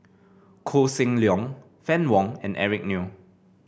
Koh Seng Leong Fann Wong and Eric Neo